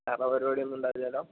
കലാപരിപാടി ഒന്നും ഉണ്ടാവില്ലല്ലോ